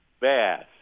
bass